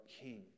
king